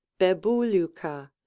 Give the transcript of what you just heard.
bebuluka